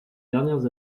dernières